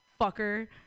fucker